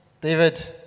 David